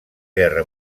guerra